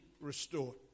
restored